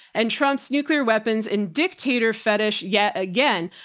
and trump's nuclear weapons and dictator fetish yet again.